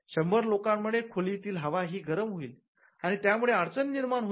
शंभर लोकांमुळे खोलीतील हवा ही गरम होईल आणि त्यामुळे अडचण निर्माण होईल